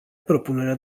propunerea